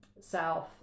south